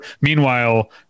Meanwhile